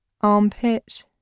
armpit